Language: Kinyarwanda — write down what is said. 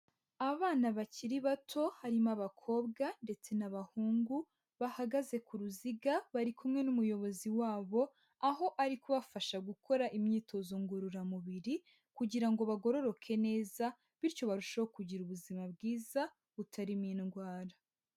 Abana bakiri bato harimo abakobwa ndetse n'abahungu, bahagaze ku ruziga bari kumwe n'umuyobozi wabo, aho ari kubafasha gukora imyitozo ngororamubiri kugira ngo bagororoke neza bityo barusheho kugira ubuzima bwiza butarimo indwara.